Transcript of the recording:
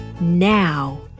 now